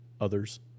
others